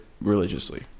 religiously